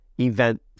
event